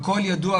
הכל ידוע,